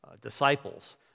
disciples